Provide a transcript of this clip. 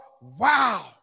wow